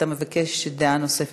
אתה מבקש דעה נוספת,